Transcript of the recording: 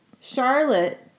Charlotte